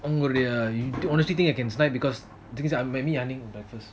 அவங்களோடிய:avangalodiya you honestly think I can skype because the thing is I might meet yani for breakfast